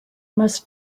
must